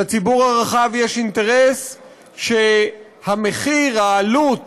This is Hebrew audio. לציבור הרחב יש אינטרס שהמחיר, העלות,